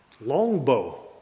longbow